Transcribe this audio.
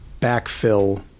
backfill